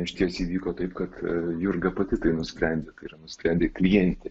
išties įvyko taip kad jurga pati tai nusprendė tai yra nusprendė klientė